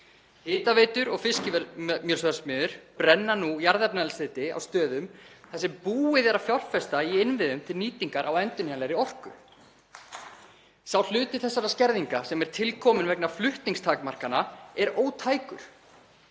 Hitaveitur og fiskimjölsverksmiðjur brenna nú jarðefnaeldsneyti á stöðum þar sem búið er að fjárfesta í innviðum til nýtingar á endurnýjanlegri orku. Sá hluti þessara skerðinga sem er til kominn vegna flutningstakmarkana er ótækur.